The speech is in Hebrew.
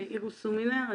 אירוס הומינר,